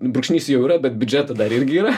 brūkšnys jau yra bet biudžeto dar irgi yra